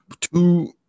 two